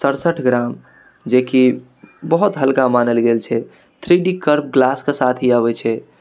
सड़सठि ग्राम जेकि बहुत हल्का मानल गेल छै थ्री डी कर्व ग्लासके साथ ई आबै छै